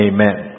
Amen